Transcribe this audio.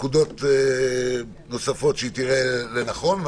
ונקודות נוספות שהיא תראה לנכון.